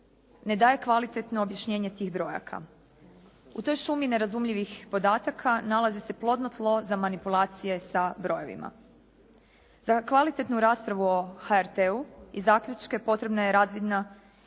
ne daje kvalitetno objašnjenje tih brojaka. U toj šumi nerazumljivih podataka nalazi se plodno tlo za manipulacije sa brojevima. Za kvalitetnu raspravu o HRT-u i zaključke potrebna je razvidna